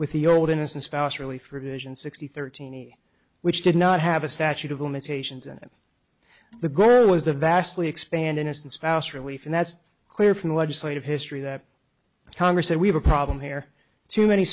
with the old innocent spouse relief or evasion sixty thirteen which did not have a statute of limitations and the girl was a vastly expand innocent spouse relief and that's clear from the legislative history that congress and we have a problem here too many